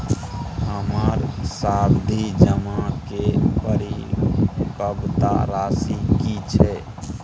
हमर सावधि जमा के परिपक्वता राशि की छै?